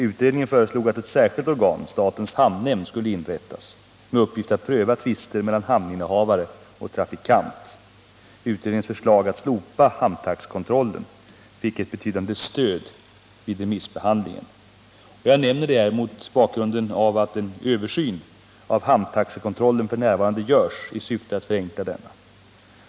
Utredningen föreslog att ett särskilt organ, statens hamnnämnd, skulle inrättas, med uppgift att pröva tvister mellan hamninnehavare och trafikant. Utredningens förslag att slopa hamntaxekontrollen fick ett betydande stöd vid remissbehandlingen. Jag nämner detta mot bakgrund av att en översyn av hamntaxekontrollen f.n. görs i syfte att förenkla denna.